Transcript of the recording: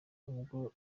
n’ubwo